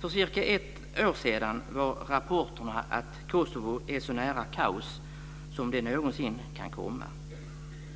För ca 1 år sedan var rapporterna att Kosovo är så nära kaos som det någonsin kan komma.